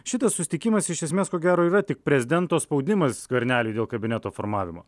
šitas susitikimas iš esmės ko gero yra tik prezidento spaudimas skverneliui dėl kabineto formavimo